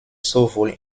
sowohl